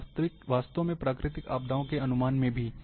और वास्तव में प्राकृतिक आपदाओं के अनुमान में भी